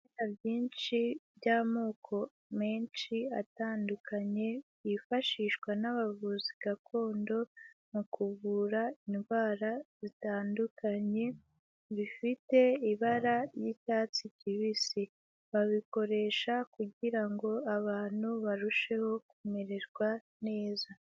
Ibimera byinshi by'amoko menshi atandukanye, yifashishwa n'abavuzi gakondo mu kuvura indwara zitandukanye, bifite ibara ry'icyatsi kibisi, babikoresha kugira ngo abantu barusheho kumererwa neza.